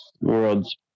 worlds